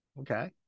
Okay